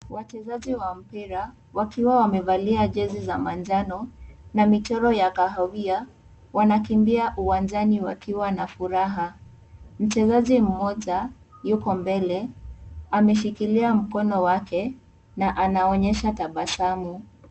Wachezaji wa mpira, wakiwa wamevalia jezi za manjano na michoro ya kahawia, wanakimbia uwanjani wakiwa na furaha. Mchezaji mmoja, yuko mbele, ameshikilia mkono wake na anaonyesha tabasamu.